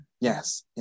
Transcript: Yes